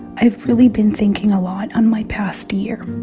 i've really been thinking a lot on my past year.